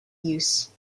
use